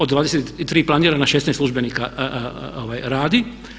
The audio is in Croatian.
Od 23 planirana 16 službenika radi.